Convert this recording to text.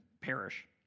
perish